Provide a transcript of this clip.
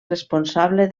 responsable